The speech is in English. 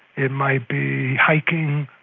it might be hiking.